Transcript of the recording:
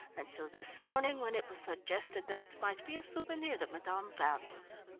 until this morning when it was suggested that it might be a souvenir that madame values.